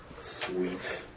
Sweet